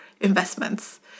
investments